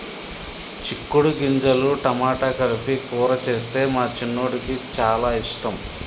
చిక్కుడు గింజలు టమాటా కలిపి కూర చేస్తే మా చిన్నోడికి చాల ఇష్టం